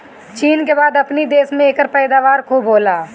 चीन के बाद अपनी देश में एकर पैदावार खूब होला